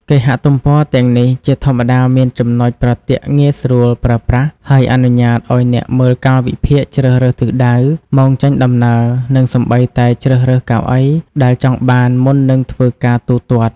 គេហទំព័រទាំងនេះជាធម្មតាមានចំណុចប្រទាក់ងាយស្រួលប្រើប្រាស់ ហើយអនុញ្ញាតឱ្យអ្នកមើលកាលវិភាគ ជ្រើសរើសទិសដៅ ម៉ោងចេញដំណើរ និងសូម្បីតែ ជ្រើសរើសកៅអីដែលចង់បាន មុននឹងធ្វើការទូទាត់។